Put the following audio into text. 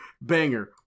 banger